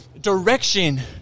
direction